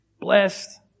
blessed